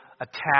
attack